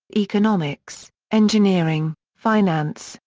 economics, engineering, finance,